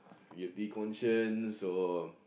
guilty conscience or